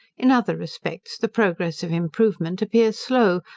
in other respects, the progress of improvement appears slow,